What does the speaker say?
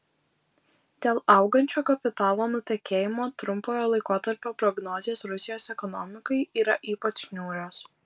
dėl augančio kapitalo nutekėjimo trumpojo laikotarpio prognozės rusijos ekonomikai yra ypač niūrios